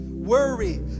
worry